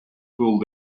fool